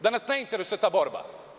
Da nas ne interesuje ta borba.